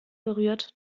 berührt